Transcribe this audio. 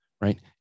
right